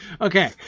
Okay